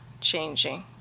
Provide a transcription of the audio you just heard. changing